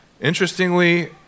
Interestingly